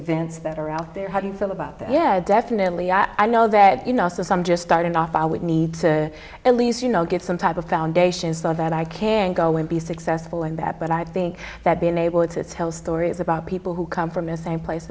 events that are out there how do you feel about that yeah definitely i know that you know some just starting off i would need to at least you know get some type of foundation saw that i can go and be successful in that but i think that been able to tell stories about people who come from a same place